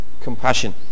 compassion